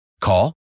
Call